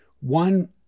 One